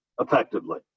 effectively